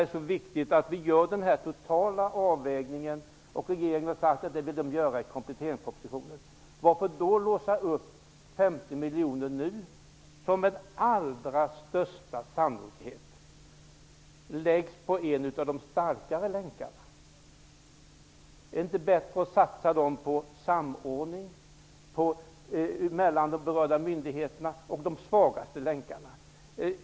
Därför menar vi att det är mycket viktigt att en total avvägning görs. Regeringen har sagt sig vilja göra en sådan i kompletteringspropositionen. Varför skall man då låsa upp 50 miljoner nu? Med allra största sannolikhet skulle de satsas på en av de starkare länkarna. Är det inte bättre att satsa de pengarna på samordning mellan berörda myndigheterna och på de svagaste länkarna?